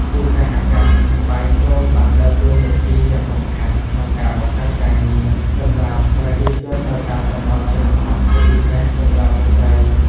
ឧស្សាហកម្មត្បាញសូត្របានដើរតួនាទីយ៉ាងសំខាន់ក្នុងការ បង្កើតការងារ សម្រាប់ប្រជាជននៅតាមតំបន់ជនបទ ជាពិសេសសម្រាប់ស្ត្រី។